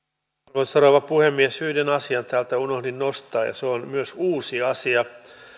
arvoisa rouva puhemies yhden asian täältä unohdin nostaa ja se on myös uusi asia